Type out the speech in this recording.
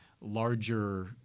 larger